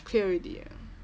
clear already ah